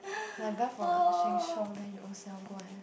like buy from Sheng-Siong then you ownself go and